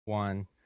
one